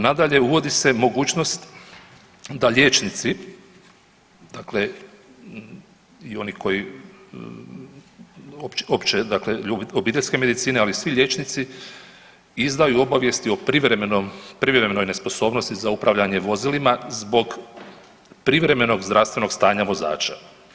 Nadalje, uvodi se mogućnost da liječnici, dakle i oni koji uopće, dakle obiteljske medicine ali i svi liječnici izdaju obavijesti o privremenoj nesposobnosti za upravljanje vozilima zbog privremenog zdravstvenog stanja vozača.